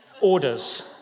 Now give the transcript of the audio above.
orders